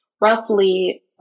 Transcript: roughly